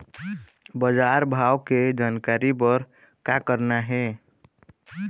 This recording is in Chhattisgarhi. बजार भाव के जानकारी बर का करना हे?